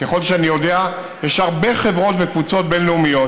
ככל שאני יודע יש הרבה חברות וקבוצות בין-לאומיות.